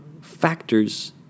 factors